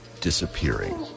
disappearing